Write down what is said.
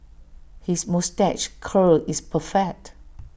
his moustache curl is perfect